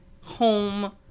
home